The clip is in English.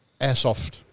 airsoft